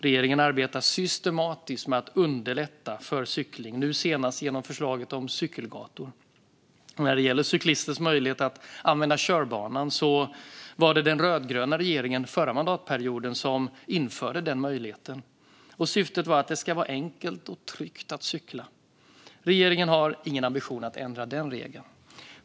Regeringen arbetar systematiskt med att underlätta för cykling, nu senast genom förslaget om cykelgator. När det gäller cyklisters möjlighet att använda körbanan var det den rödgröna regeringen som förra mandatperioden införde den möjligheten. Syftet var att det ska vara enkelt och tryggt att cykla. Regeringen har ingen ambition att ändra den regeln.